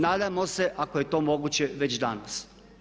Nadamo se ako je to moguće već danas.